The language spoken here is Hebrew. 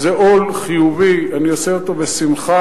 זה עול חיובי, אני עושה זאת בשמחה.